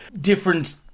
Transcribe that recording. different